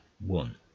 one